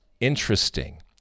interesting